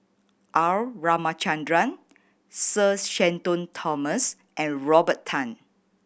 R Ramachandran Sir Shenton Thomas and Robert Tan